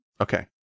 Okay